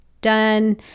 done